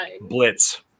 blitz